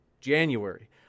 January